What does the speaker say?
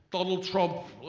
donald trump,